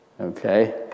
okay